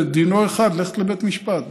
ודינו אחד: ללכת לבית משפט,